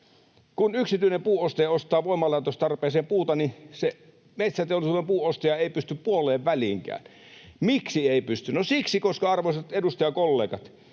Kun yksityinen puunostaja ostaa voimalaitostarpeeseen puuta, niin metsäteollisuuden puunostaja ei pysty puoleen väliinkään. Miksi ei pysty? No siksi, koska, arvoisat edustajakollegat,